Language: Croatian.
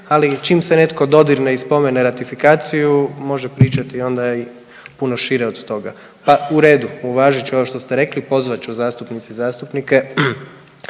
ali čim se netko dodirne i spomene ratifikaciju može pričati onda i puno šire od toga. Pa u redu uvažit ću ovo što ste rekli, pozvat ću zastupnice i zastupnike